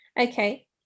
okay